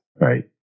Right